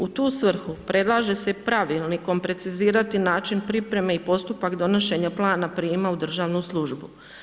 U tu svrhu predlaže se pravilnikom precizirati način pripreme i postupak donošenje plana prijama u državnu službu.